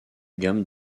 gamme